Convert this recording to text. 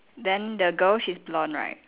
then the girls she's blonde right